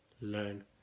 learn